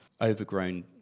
overgrown